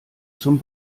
zum